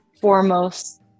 foremost